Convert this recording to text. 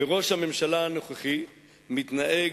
ראש הממשלה הנוכחי מתנהג